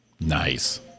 Nice